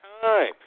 time